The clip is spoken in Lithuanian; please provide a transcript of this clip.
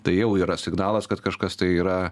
tai jau yra signalas kad kažkas tai yra